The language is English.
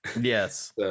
yes